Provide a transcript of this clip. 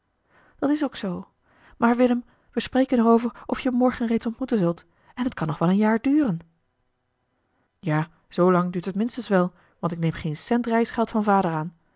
dat is ook zoo maar willem we spreken er over of je hem morgen reeds ontmoeten zult en het kan nog wel een jaar duren ja zoolang duurt het minstens wel want ik neem geen cent reisgeld van vader aan